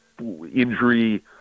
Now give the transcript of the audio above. injury